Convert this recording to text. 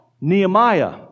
Nehemiah